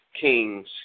kings